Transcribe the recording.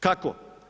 Kako?